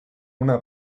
una